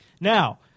Now